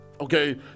okay